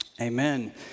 Amen